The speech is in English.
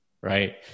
right